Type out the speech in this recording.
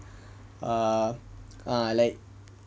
err err like